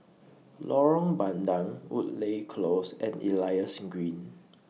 Lorong Bandang Woodleigh Close and Elias Green